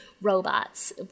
robots